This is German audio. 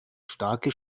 starke